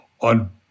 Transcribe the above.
on